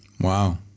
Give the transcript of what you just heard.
Wow